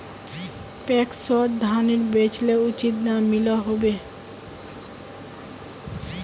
पैक्सोत धानेर बेचले उचित दाम मिलोहो होबे?